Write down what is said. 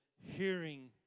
hearing